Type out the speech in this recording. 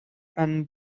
and